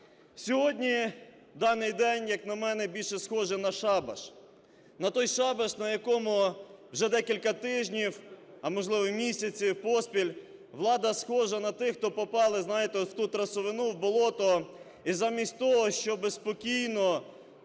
Сьогодні даний день, як на мене, більше схожий на шабаш. На той шабаш, на якому вже декілька тижнів, а, можливо, і місяців поспіль влада схожа на тих, хто попали, знаєте, от, в ту трясовину, в болото, і замість того, щоб спокійно